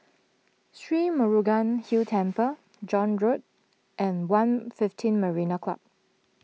Sri Murugan Hill Temple John Road and one fifteen Marina Club